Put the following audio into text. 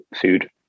food